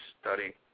study